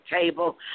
table